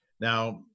Now